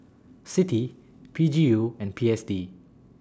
CITI P G U and P S D